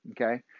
okay